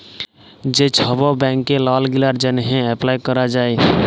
যে ছব ব্যাংকে লল গিলার জ্যনহে এপ্লায় ক্যরা যায়